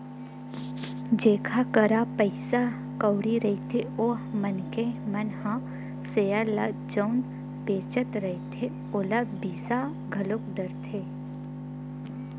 जेखर करा पइसा कउड़ी रहिथे ओ मनखे मन ह सेयर ल जउन बेंचत रहिथे ओला बिसा घलो डरथे